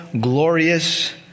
glorious